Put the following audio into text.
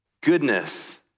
goodness